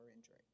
injury